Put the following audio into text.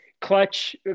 clutch